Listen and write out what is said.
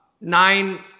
nine